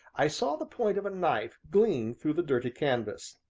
i saw the point of a knife gleam through the dirty canvas,